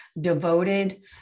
devoted